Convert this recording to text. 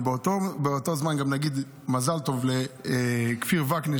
ובאותו באותו זמן גם נגיד מזל טוב לכפיר ועקנין,